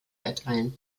erteilen